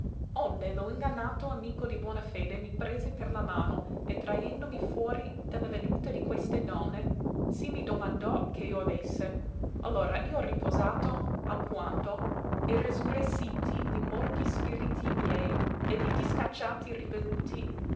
onde lo ingannato amico di buona fede mi prese per la mano e traendomi fuori de la veduta di queste donne sì mi domandò che io avesse allora io riposato alquanto e resurressiti li morti spiriti miei e li discacciati rivenuti